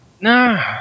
no